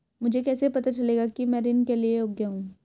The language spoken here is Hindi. मुझे कैसे पता चलेगा कि मैं ऋण के लिए योग्य हूँ?